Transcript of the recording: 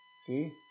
See